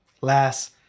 last